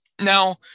Now